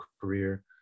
career